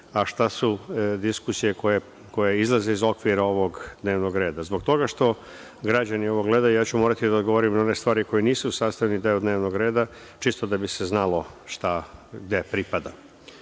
a šta su diskusije koje izlaze iz okvira ovog dnevnog reda. Zbog toga što građani ovo gledaju, moraću da odgovorim na one stvari koje nisu sastavni deo ovog dnevnog reda, čisto da bi se znalo gde šta pripada. Ja